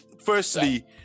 firstly